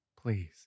Please